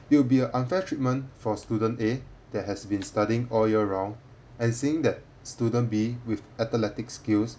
it will be a unfair treatment for student A that has been studying all year round and seeing that student B with athletic skills